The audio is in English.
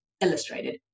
illustrated